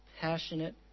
passionate